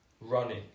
running